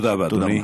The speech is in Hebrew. תודה רבה.